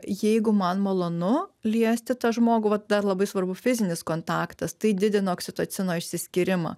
jeigu man malonu liesti tą žmogų vat dar labai svarbu fizinis kontaktas tai didina oksitocino išsiskyrimą